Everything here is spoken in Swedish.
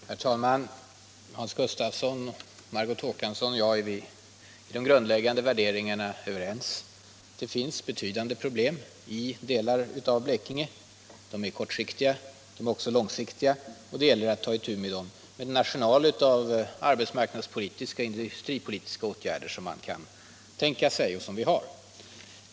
Herr talman! Hans Gustafsson, Margot Håkansson och jag är i de grundläggande värderingarna helt överens. Det finns i delar av Blekinge betydande problem, både kortsiktiga och långsiktiga. Det gäller att ta itu med dem med den arsenal av arbetsmarknadspolitiska och industripolitiska åtgärder som vi har eller kan tänka oss.